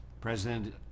President